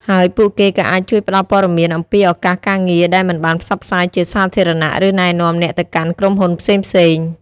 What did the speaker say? ហើយពួកគេក៏អាចជួយផ្ដល់ព័ត៌មានអំពីឱកាសការងារដែលមិនបានផ្សព្វផ្សាយជាសាធារណៈ ឬណែនាំអ្នកទៅកាន់ក្រុមហ៊ុនផ្សេងៗ។